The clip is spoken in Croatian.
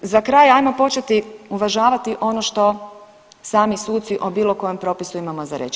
I za kraj ajmo početi uvažavati ono što sami suci o bilo kojem propisu imamo za reći.